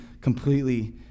completely